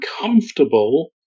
comfortable